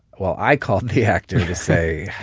well, i called the actor to say,